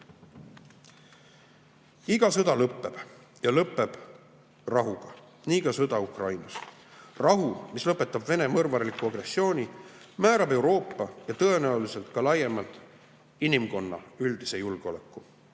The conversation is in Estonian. sõda lõpeb. Ja lõpeb rahuga. Nii ka sõda Ukrainas. Rahu, mis lõpetab Vene mõrvarliku agressiooni, määrab Euroopa ja tõenäoliselt ka laiemalt inimkonna üldise julgeoleku.